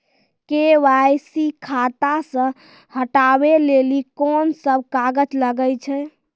KYC खाता से हटाबै लेली कोंन सब कागज लगे छै?